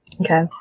Okay